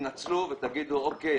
תתנצלו ותגידו: אוקיי,